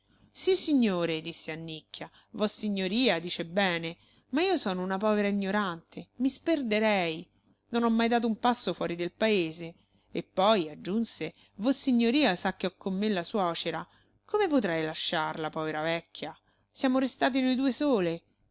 ormai sissignore disse annicchia vossignoria dice bene ma io sono una povera ignorante mi sperderei non ho mai dato un passo fuori del paese e poi aggiunse vossignoria sa che ho con me la suocera come potrei lasciarla povera vecchia siamo restate noi due sole